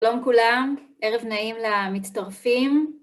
שלום כולם, ערב נעים למצטרפים.